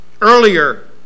earlier